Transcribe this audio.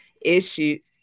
issues